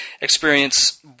experience